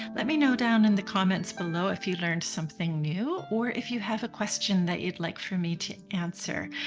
let me know down in the comments below if you learned something new or if you have a question that you'd like for me to answer.